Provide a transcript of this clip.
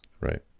Right